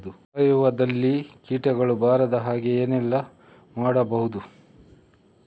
ಸಾವಯವದಲ್ಲಿ ಕೀಟಗಳು ಬರದ ಹಾಗೆ ಏನೆಲ್ಲ ಮಾಡಬಹುದು?